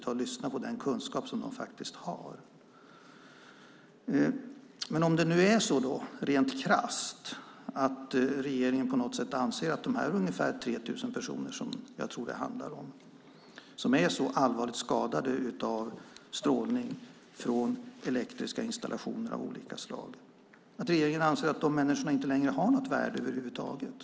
Anser regeringen rent krasst att de ungefär 3 000 personerna som är allvarligt skadade av strålning från elektriska installationer av olika slag inte längre har något värde över huvud taget?